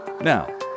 Now